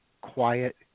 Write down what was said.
quiet